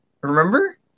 Remember